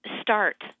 start